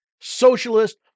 socialist